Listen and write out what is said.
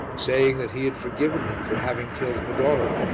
saying that he had forgiven him for having killed medoro.